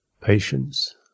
Patience